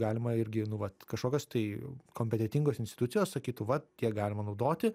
galima irgi nu vat kažkokios tai kompetentingos institucijos sakytų vat tiek galima naudoti